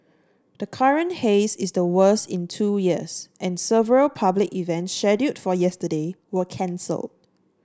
the current haze is the worst in two years and several public events scheduled for yesterday were cancelled